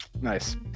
Nice